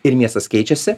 ir miestas keičiasi